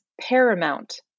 paramount